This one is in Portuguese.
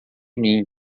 mim